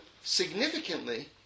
significantly